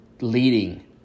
leading